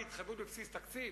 היא התחייבות בבסיס התקציב.